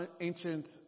ancient